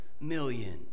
million